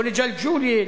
לא לג'לג'וליה,